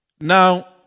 Now